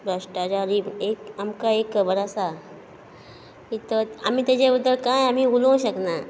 भ्रश्टाचारी एक आमकां एक खबर आसा आमी ताचे बद्दल कांय आमी उलोवंक शकनात